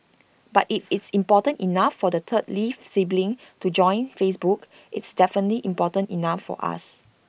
but if it's important enough for the third lee sibling to join Facebook it's definitely important enough for us